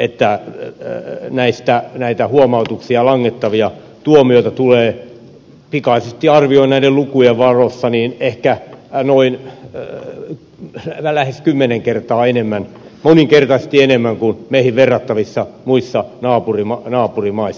että näitä huomautuksia ja langettavia tuomioita tulee pikaisesti arvioiden näiden lukujen valossa ehkä lähes kymmenen kertaa enemmän moninkertaisesti enemmän kuin meihin verrattavissa naapurimaissa